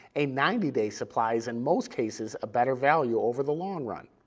a ninety day supply is, in most cases, a better value over the long run.